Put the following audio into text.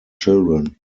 children